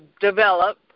develop